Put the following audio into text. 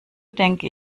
denke